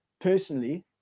Personally